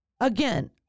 Again